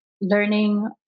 learning